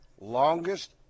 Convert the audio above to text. longest